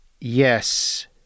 Yes